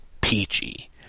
peachy